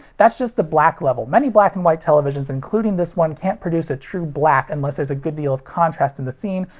that's just the black level. many black and white televisions including this one can't produce a true black unless there's a good deal of contrast in the scene,